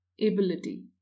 ability